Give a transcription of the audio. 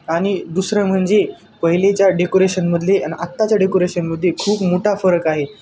आणि दुसरं म्हणजे पहिलेच्या डेकोरेशनमधले आणि आत्ताच्या डेकोरेशनमध्ये खूप मोठा फरक आहे